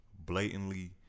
blatantly